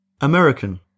American